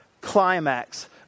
climax